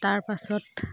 তাৰ পাছত